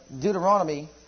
Deuteronomy